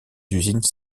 usines